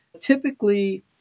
Typically